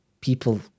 People